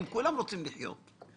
כולם רוצים לחיות.